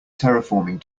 terraforming